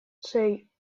sei